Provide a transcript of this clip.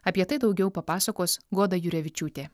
apie tai daugiau papasakos goda jurevičiūtė